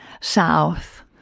south